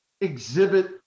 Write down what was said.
exhibit